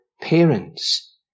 parents